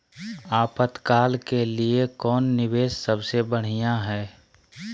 आपातकाल के लिए कौन निवेस सबसे बढ़िया है?